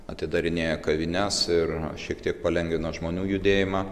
atidarinėja kavines ir šiek tiek palengvino žmonių judėjimą